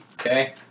Okay